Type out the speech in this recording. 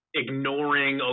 ignoring